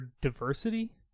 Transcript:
diversity